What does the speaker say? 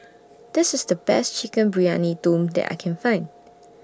This IS The Best Chicken Briyani Dum that I Can Find